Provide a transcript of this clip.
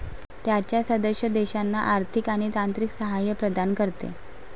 त्याच्या सदस्य देशांना आर्थिक आणि तांत्रिक सहाय्य प्रदान करते